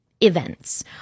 events